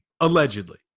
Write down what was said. allegedly